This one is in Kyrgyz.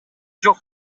жок